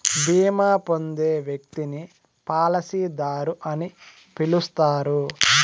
బీమా పొందే వ్యక్తిని పాలసీదారు అని పిలుస్తారు